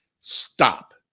stop